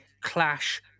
Clash